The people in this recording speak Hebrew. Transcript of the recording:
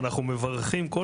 הם מאוד מפריעים כי